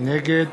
נגד